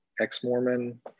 ex-Mormon